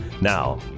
Now